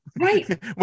Right